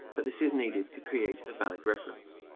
but this is needed to create a valid reference.